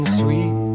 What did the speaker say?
sweet